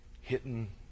hitting